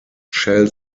shell